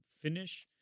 finish